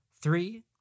Three